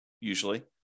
usually